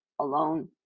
alone